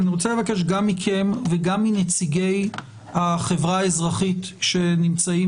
אני רוצה לבקש גם מכם וגם מנציגי החברה האזרחית שנמצאים